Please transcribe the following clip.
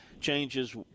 changes